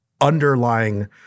underlying